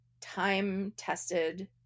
time-tested